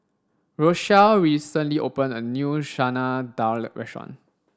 Rochelle recently opened a new Chana Dal restaurant